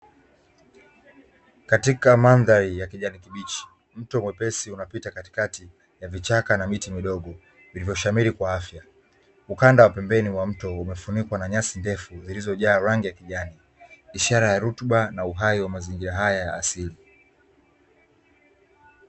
Katika mandhari ya kijani kibichi mto mwepesi unapita katikati ya vichaka na miti midogo vilivyoshamili kwa afya. Ukanda wa pembeni wa mto huu umefunikwa na nyasi ndefu zilizojaa rangi ya kijani ishara ya rutuba na uhai wa mazingira haya ya asili.